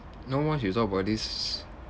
know once you talk about this